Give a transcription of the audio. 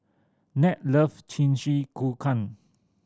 Ned love Jingisukan